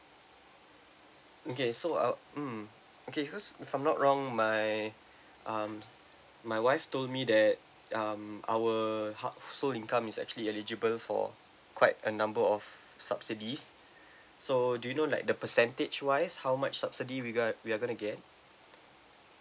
okay so uh mm okay cause if I'm not wrong my um my wife told me that um our hou~ sole income is actually eligible for quite a number of subsidies so do you know like the percentage wise how much subsidy we got we are going to get